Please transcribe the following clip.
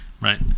right